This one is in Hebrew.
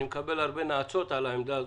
אני מקבל הרבה נאצות על העמדה הזאת,